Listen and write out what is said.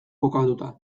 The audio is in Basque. kokatua